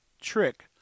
trick